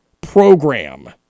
program